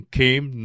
came